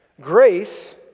grace